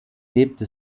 lebte